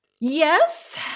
Yes